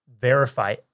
verify